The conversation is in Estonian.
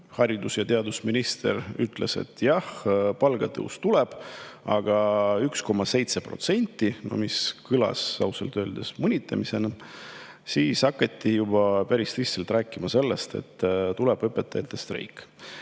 haridus‑ ja teadusminister ütles, et jah, palgatõus tuleb, aga 1,7%, mis kõlas ausalt öeldes mõnitamisena. Siis hakatigi rääkima sellest, et tuleb õpetajate streik,